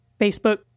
Facebook